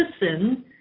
listen